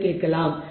என கேட்கலாம்